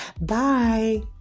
Bye